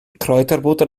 kräuterbutter